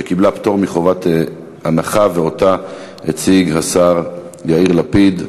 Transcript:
שקיבלה פטור מחובת הנחה והציג אותה השר יאיר לפיד.